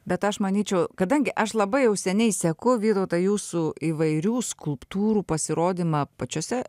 bet aš manyčiau kadangi aš labai jau seniai seku vytautai jūsų įvairių skulptūrų pasirodymą pačiose